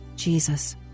Jesus